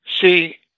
See